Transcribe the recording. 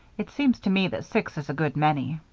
it seems to me that six is a good many.